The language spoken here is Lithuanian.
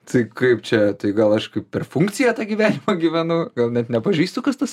tai kaip čia tai gal aš kaip per funkciją tą gyvenimą gyvenu gal net nepažįstu kas tas